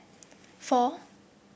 four